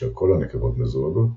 כאשר כל הנקבות מזווגות,